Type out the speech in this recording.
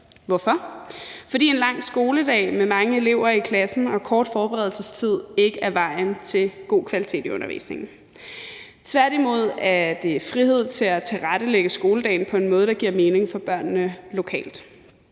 Hvorfor? Fordi en lang skoledag med mange elever i klassen og kort forberedelsestid ikke er vejen til god kvalitet i undervisningen. Tværtimod er det frihed til at tilrettelægge skoledagen på en måde, der giver mening for børnene lokalt,